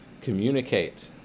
communicate